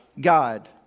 God